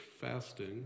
fasting